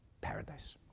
paradise